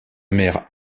mère